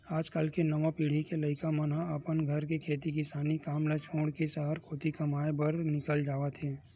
आज कल के नवा पीढ़ी के लइका मन ह अपन घर के खेती किसानी काम ल छोड़ के सहर कोती कमाए खाए बर निकल जावत हवय